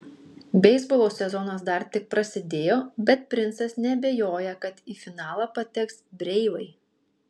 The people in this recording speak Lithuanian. beisbolo sezonas dar tik prasidėjo bet princas neabejoja kad į finalą pateks breivai